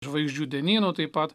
žvaigždžių dienynų taip pat